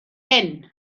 hyn